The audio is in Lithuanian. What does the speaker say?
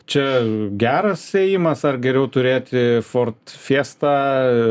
čia geras ėjimas ar geriau turėti ford fiesta